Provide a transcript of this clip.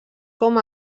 com